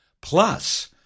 plus